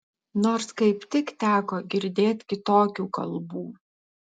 nors kaip tik teko girdėt kitokių kalbų